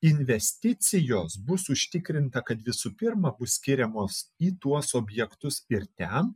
investicijos bus užtikrinta kad visų pirma bus skiriamos į tuos objektus ir ten